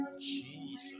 Jesus